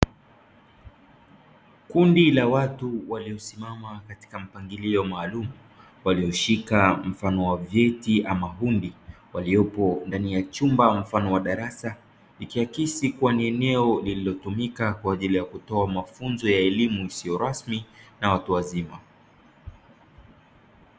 Kundi la watu waliosimama katika mpangilio maalumu, walioshika mfano wa vyeti ama hundi, waliopo ndani ya chumba mfano wa darasa, likiakisi kuwa ni eneo lililotumika kwa ajili ya kutoa mafunzo ya elimu isiyo rasmi na watu wazima.